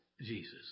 Jesus